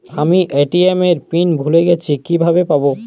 আমি এ.টি.এম এর পিন ভুলে গেছি কিভাবে পাবো?